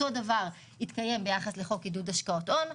אותו הדבר יתקיים ביחס לחוק עידוד השקעות הון,